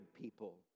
people